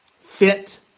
fit